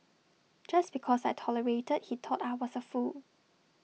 just because I tolerated he thought I was A fool